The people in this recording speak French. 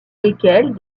lesquels